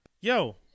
yo